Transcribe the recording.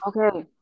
okay